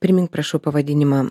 primink prašau pavadinimą